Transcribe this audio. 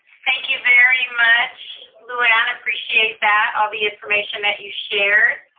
thank you very much lou anne, appreciate that, all the information that you shared.